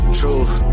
truth